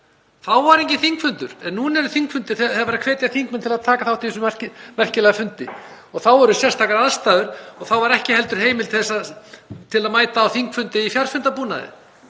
Þá var enginn þingfundur en núna eru þingfundir þegar verið er að hvetja þingmenn til að taka þátt í þessum merkilega fundi. Þá voru sérstakar aðstæður og þá var ekki heldur heimild til þess að mæta á þingfund með fjarfundarbúnaði